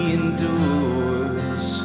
endures